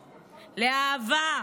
לאהבה,